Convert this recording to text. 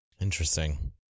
Interesting